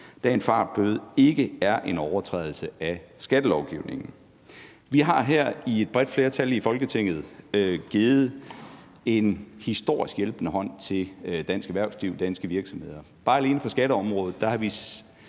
da en fartforseelse ikke er en overtrædelse af skattelovgivningen. Vi har her med et bredt flertal i Folketinget givet en historisk hjælpende hånd til dansk erhvervsliv, danske virksomheder. Alene på skatteområdet har vi